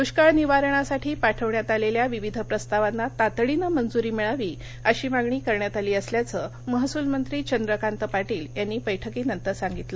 दृष्काळ निवारणासाठी पाठवण्यात आलेल्या विविध प्रस्तावांना तातडीनं मंजूरी मिळावी अशी मागणी करण्यात आली असल्याचं महसूलमंत्री चंद्रकांत पाटील यांनी बैठकीनंतर सांगितलं